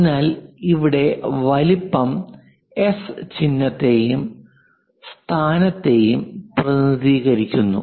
അതിനാൽ ഇവിടെ വലുപ്പം എസ് ചിഹ്നത്തെയും സ്ഥാനത്തെയും പ്രതിനിധീകരിക്കുന്നു